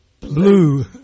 blue